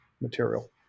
material